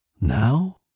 Now